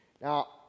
Now